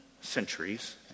centuries